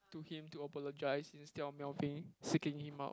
to him to apologise instead of Melvin seeking him out